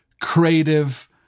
creative